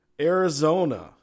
Arizona